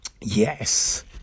yes